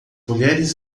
mulheres